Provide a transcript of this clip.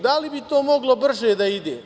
Da li bi to moglo brže da ide?